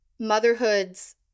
motherhoods